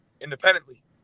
independently